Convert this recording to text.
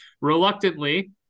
reluctantly